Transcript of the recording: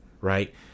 right